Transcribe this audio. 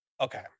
Okay